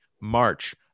March